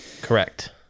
Correct